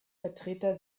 vertreter